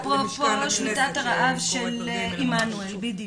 בדיוק, אפרופו שביתת הרעב של עמנואל.